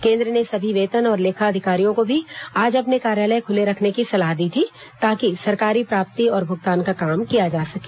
केंद्र ने सभी वेतन और लेखा अधिकारियों को भी आज अपने कार्यालय खुले रखने की सलाह दी थी ताकि सरकारी प्राप्ति और भुगतान का काम किया जा सके